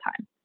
time